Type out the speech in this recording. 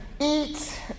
eat